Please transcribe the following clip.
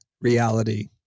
reality